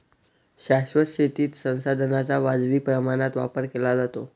शाश्वत शेतीत संसाधनांचा वाजवी प्रमाणात वापर केला जातो